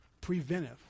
Preventive